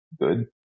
good